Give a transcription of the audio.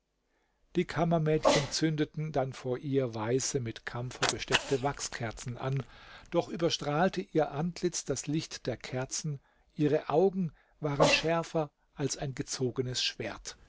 die kammermädchen zündeten dann vor ihr weiße mit kampfer besteckte wachskerzen an doch überstrahlte ihr antlitz das licht der kerzen ihre augen waren schärfer als ein gezogenes schwert